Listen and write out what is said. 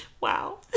Wow